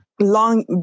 long